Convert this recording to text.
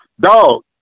Dog